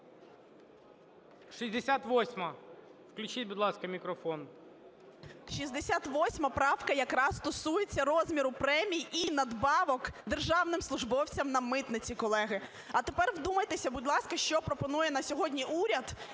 68 правка якраз стосується розміру премій і надбавок державним службовцям на митниці, колеги. А тепер вдумайтеся, будь ласка, що пропонує на сьогодні уряд